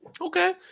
Okay